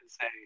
say